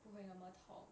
不会那么痛